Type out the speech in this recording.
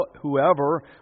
whoever